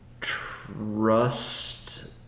trust